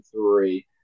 three